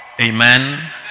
Amen